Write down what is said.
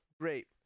great